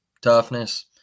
toughness